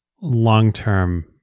long-term